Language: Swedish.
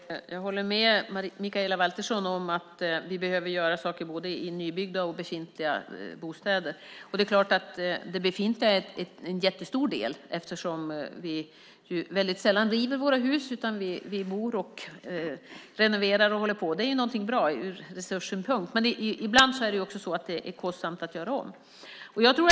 Herr talman! Jag håller med Mikaela Valtersson om att vi behöver göra saker både i nybyggda och redan befintliga bostäder. Det befintliga beståndet utgör en jättestor del. Vi river sällan våra hus, utan vi bor och renoverar. Det är bra ur resurssynpunkt, men ibland är det också kostsamt att göra om.